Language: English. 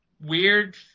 weird